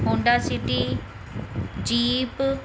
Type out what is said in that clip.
Honda city jeep